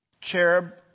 Cherub